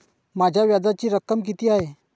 माझ्या व्याजाची रक्कम किती आहे?